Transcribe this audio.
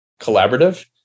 collaborative